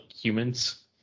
humans